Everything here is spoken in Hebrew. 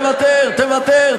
תוותר,